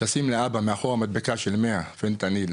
לשים לאבא מאחורה מדבקה של 100 פנטניל,